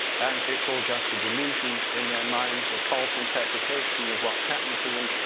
and it's all just a delusion in their minds, a false interpretation of what's happening to them,